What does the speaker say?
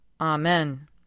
Amen